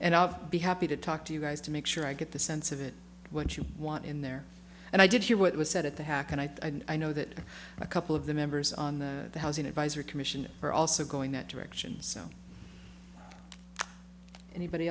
and i'll be happy to talk to you guys to make sure i get the sense of it what you want in there and i did hear what was said at the hack and i think i know that a couple of the members on the housing advisory commission are also going that direction so anybody